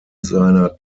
seiner